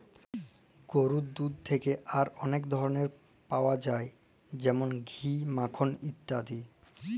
গরুর দুহুদ থ্যাকে আর অলেক ধরলের পাউয়া যায় যেমল ঘি, মাখল ইত্যাদি